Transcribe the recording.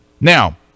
Now